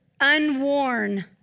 unworn